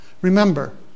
Remember